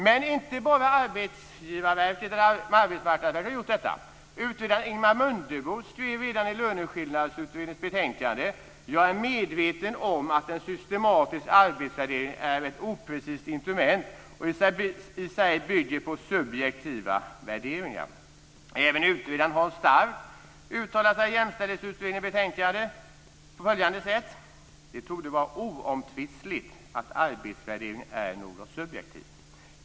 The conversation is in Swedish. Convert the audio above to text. Det är inte bara Arbetsmarknadsverket som har gjort detta. Utredaren Ingemar Mundebo skrev redan i Löneskillnadsutredningens betänkande: "Jag är medveten om att systematisk arbetsvärdering är ett oprecist instrument och i sig bygger på subjektiva värderingar." Även utredaren Hans Stark uttalade sig i Jämställdhetsutredningens betänkande på följande sätt: "Det torde vara oomtvistligt att arbetsvärdering är något subjektivt.